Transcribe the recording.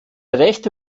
rechte